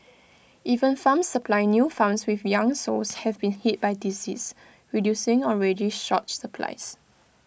even farms supplying new farms with young sows have been hit by disease reducing already short supplies